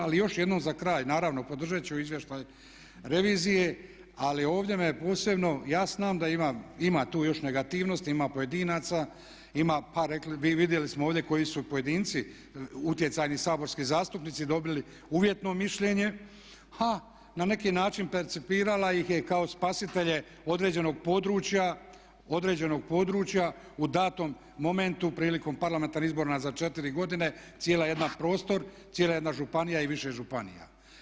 Ali još jednom za kraj, naravno podržati ću izvještaj revizije ali ovdje me je posebno, ja znam da ima tu joj negativnosti, ima pojedinaca, ima, pa rekli bi i vidjeli smo ovdje koji su pojedinci utjecajni saborski zastupnici dobili uvjetno mišljenje a na neki način percipirala ih je kao spasitelje određenog područja u danom momentu prilikom parlamentarnih izbora za 4 godine cijeli jedan prostor, cijela jedna županija i više županija.